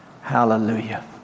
hallelujah